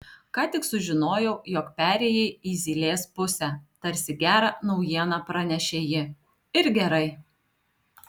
ką tik sužinojau jog perėjai į zylės pusę tarsi gerą naujieną pranešė ji ir gerai